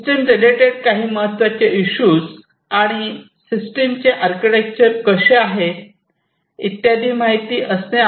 system related काही महत्त्वाचे issue आणि सिस्टम चे आर्किटेक्चर कसे आहे इत्यादी माहिती असणे आवश्यक आहे